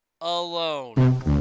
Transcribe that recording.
alone